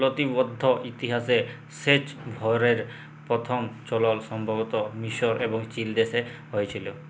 লতিবদ্ধ ইতিহাসে সেঁচ ভাঁয়রের পথম চলল সম্ভবত মিসর এবং চিলদেশে হঁয়েছিল